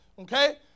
Okay